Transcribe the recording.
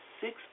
six